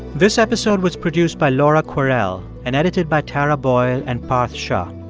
this episode was produced by laura kwerel and edited by tara boyle and parth shah.